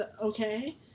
okay